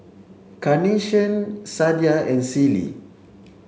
Carnation Sadia and Sealy